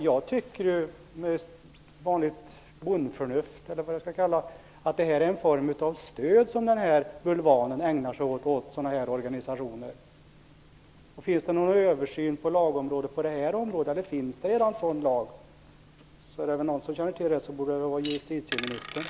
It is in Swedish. Jag tycker ju att det är en form av stöd åt de här organisationerna som bulvanen ägnar sig åt. Finns det någon översyn av lagstiftningen på det området? Eller finns det redan en sådan lag? Om det är någon som känner till det, borde det väl vara justitieministern.